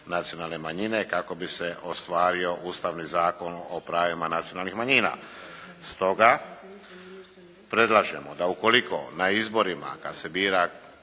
nacionalne manjine kako bi se ostvario Ustavni zakon o pravima nacionalnih manjina. Stoga predlažemo da ukoliko na izborima kada se bira